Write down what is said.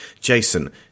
Jason